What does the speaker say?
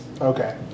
Okay